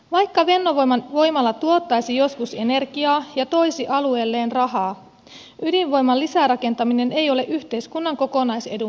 vaikka fennovoiman voimala tuottaisi joskus energiaa ja toisi alueelleen rahaa ydinvoiman lisärakentaminen ei ole yhteiskunnan kokonais edun mukaista